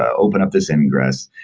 ah open up this ingress.